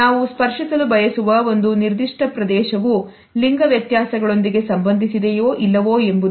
ನಾವು ಸ್ಪರ್ಶಿಸಲು ಬಯಸುವ ಒಂದು ನಿರ್ದಿಷ್ಟ ಪ್ರದೇಶವು ಲಿಂಗ ವ್ಯತ್ಯಾಸಗಳೊಂದಿಗೆ ಸಂಬಂಧಿಸಿದೆಯೋ ಇಲ್ಲವೋ ಎಂಬುದು